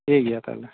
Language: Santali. ᱴᱷᱤᱠ ᱜᱮᱭᱟ ᱛᱟᱦᱚᱞᱮ